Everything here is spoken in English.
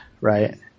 right